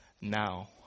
now